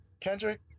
Kendrick